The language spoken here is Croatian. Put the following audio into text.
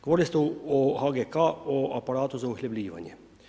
Govorili ste o HGK, o aparatu za uhljebljivanje.